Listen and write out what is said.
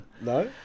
No